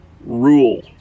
rule